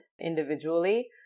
individually